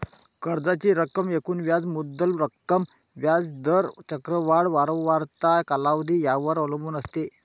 कर्जाची रक्कम एकूण व्याज मुद्दल रक्कम, व्याज दर, चक्रवाढ वारंवारता, कालावधी यावर अवलंबून असते